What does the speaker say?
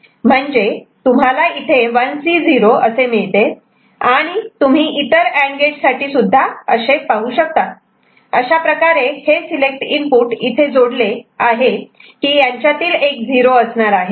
म्हणजे तुम्हाला इथे 1 C 0 असे मिळते आणि तुम्ही इतर सर्व अँड गेट साठी सुद्धा पाहू शकतात अशाप्रकारे हे सिलेक्ट इनपुट इथे अशाप्रकारे जोडले आहे की यांच्यातील एक 0 असणार आहे